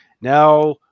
now